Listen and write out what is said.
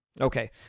Okay